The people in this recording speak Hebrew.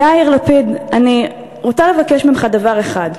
יאיר לפיד, אני רוצה לבקש ממך דבר אחד: